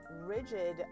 rigid